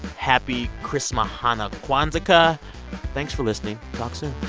happy christma-hanu-kwanzaa-kkah thanks for listening. talk soon